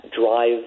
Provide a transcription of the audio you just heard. drive